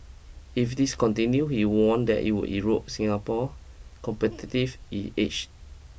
if this continue he warned that it would erode Singapore competitive edge